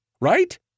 Right